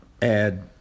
Add